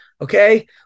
okay